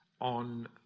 on